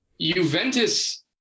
Juventus